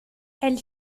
elle